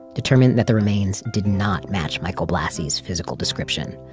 determined that the remains did not match michael blassi's physical description.